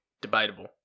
debatable